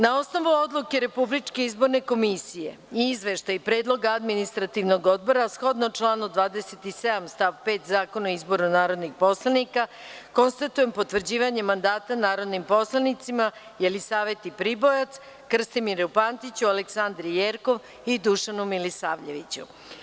Na osnovu odluke Republičke izborne komisije i Izveštaja predloga Administrativnog odbora, a shodno članu 27. stav 5. Zakona o izboru narodnih poslanika, konstatujem potvrđivanje mandata narodim poslanicima Jelisaveti Pribojac, Krstimiru Pantiću, Aleksandri Jerkov i Dušanu Milisavljeviću.